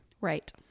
Right